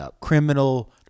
criminal